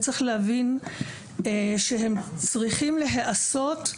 צריך להבין שהם צריכים להיעשות,